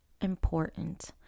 important